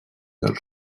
del